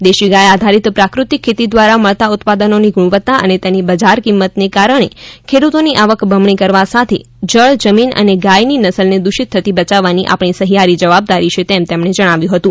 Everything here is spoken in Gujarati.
દેશી ગાય આધારિત પ્રાફતિક ખેતી દ્વારા મળતા ઉત્પાદનોની ગુણવત્તા અને તેની બજાર કિંમતને કારણે ખેડૂતોની આવક બમણી કરવા સાથે જળ જમીન અને ગાયની નસ્લને દુષિત થતી બયાવવાની આપણી સહિયારી જવાબદારી છે તેમ તેમણે જણાવ્યું હતું